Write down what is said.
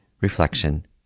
reflection